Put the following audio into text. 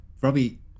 Robbie